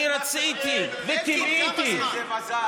נחזיר את האיזון בין שני המרכיבים האלה.